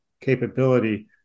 capability